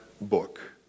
book